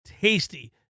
tasty